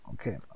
Okay